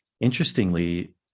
interestingly